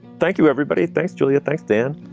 thank you, everybody. thanks, julia. thanks, dan.